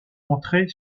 entrée